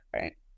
right